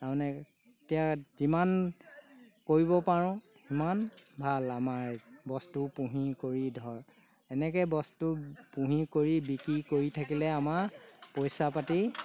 তাৰমানে এতিয়া যিমান কৰিব পাৰোঁ সিমান ভাল আমাৰ বস্তু পুহি কৰি ধৰ এনেকৈ বস্তু পুহি কৰি বিক্ৰী কৰি থাকিলে আমাৰ পইচা পাতি